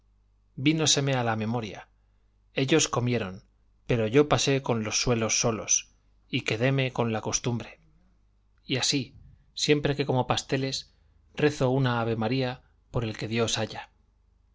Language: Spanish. padre vínoseme a la memoria ellos comieron pero yo pasé con los suelos solos y quedéme con la costumbre y así siempre que como pasteles rezo una avemaría por el que dios haya